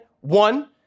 one